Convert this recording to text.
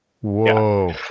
whoa